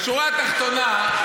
בשורה התחתונה,